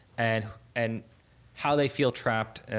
and and how they feel trapped